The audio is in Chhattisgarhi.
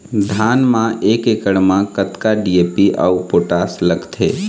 धान म एक एकड़ म कतका डी.ए.पी अऊ पोटास लगथे?